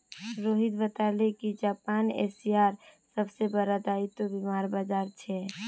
रोहित बताले कि जापान एशियार सबसे बड़ा दायित्व बीमार बाजार छे